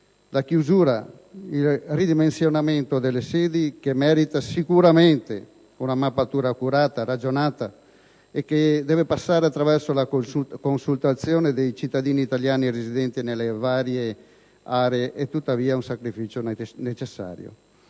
La chiusura ed il ridimensionamento delle sedi, che merita sicuramente una mappatura accurata e ragionata e che deve passare attraverso la consultazione dei cittadini italiani residenti nelle varie aree, è tuttavia un sacrificio necessario.